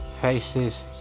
faces